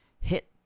hit